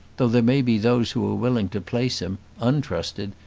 though there may be those who are willing to place him, untrusted,